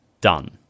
done